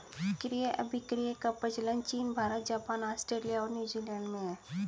क्रय अभिक्रय का प्रचलन चीन भारत, जापान, आस्ट्रेलिया और न्यूजीलैंड में है